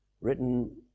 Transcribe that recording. written